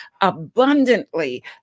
abundantly